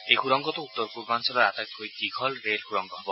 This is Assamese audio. এই সুৰংগটো উত্তৰ পূৰ্বাঞ্চলৰ আটাইতকৈ দীঘল ৰেল সুৰংগ হব